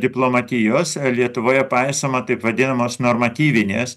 diplomatijos lietuvoje paisoma taip vadinamos normatyvinės